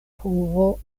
povo